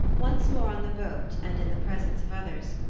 once more on the boat, and in the presence of others,